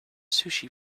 sushi